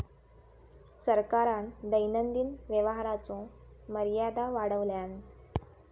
सरकारान दैनंदिन व्यवहाराचो मर्यादा वाढवल्यान